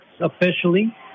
officially